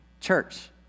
Church